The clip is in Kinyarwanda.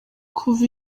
kuva